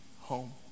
home